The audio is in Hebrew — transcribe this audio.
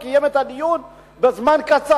הוא קיים את הדיון בתוך זמן קצר.